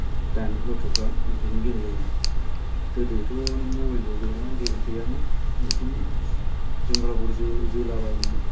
दानि गथ'फ्रा बिदिनो गेलेयो आरो गोदोथ' नों मबाइल बो गैयामोन जेबो गैयामोन बिदिनो जुमब्रा बल जों जोलाबायोमोन